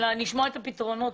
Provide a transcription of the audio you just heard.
לשמוע את הפתרונות,